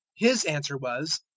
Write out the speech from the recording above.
his answer was,